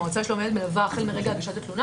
המועצה לשלום הילד מלווה החל מרגע הגשת התלונה